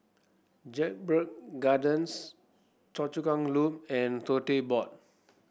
Jedburgh Gardens Choa Chu Kang Loop and Tote Board